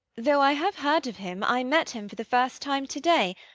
though i have heard of him, i met him for the first time to-day,